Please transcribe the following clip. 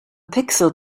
pixel